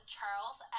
Charles